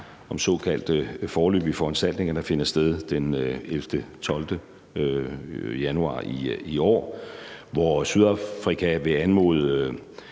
om såkaldte foreløbige foranstaltninger, der finder sted den 11.-12. januar i år, hvor Sydafrika vil anmode